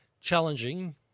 Challenging